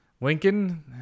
Lincoln